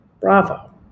Bravo